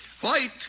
White